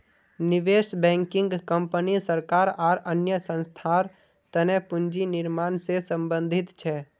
निवेश banking company सरकार आर अन्य संस्थार तने पूंजी निर्माण से संबंधित छे